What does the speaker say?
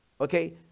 okay